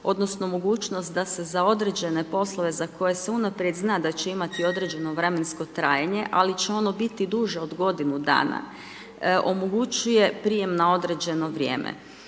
odnosno mogućnost da se za određene poslove za koje se unaprijed zna da će imati određeno vremensko trajanje ali će ono biti duže od godinu dana omogućuje prijem na određeno vrijeme.